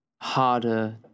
harder